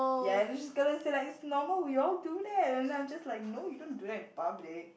ya then she's gonna say like it's normal we all do that and then I'm just like no you don't do that in public